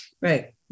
Right